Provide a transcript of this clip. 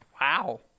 Wow